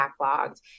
backlogged